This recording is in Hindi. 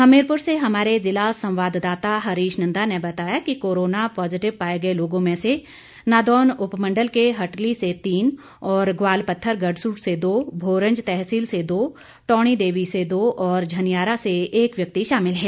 हमीरपुर से हमारे जिला संवाद्दाता हरीश नंदा ने बताया कि कोरोना पॉजिटिव पाए गए लोगों में से नादौन उपमंडल के हटली से तीन और गवालपत्थर गडसू से दो भोरंज तहसील से दो टौणी देवी से दो और झनियारा से एक व्यक्ति शामिल है